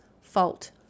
fault